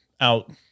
out